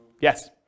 Yes